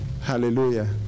Hallelujah